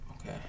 Okay